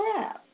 crap